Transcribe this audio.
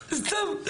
סתם.